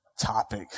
topic